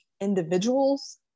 individuals